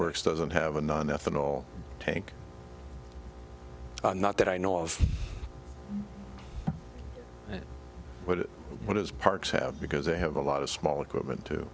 works doesn't have a non ethanol tank not that i know of but what is parks have because they have a lot of small equipment to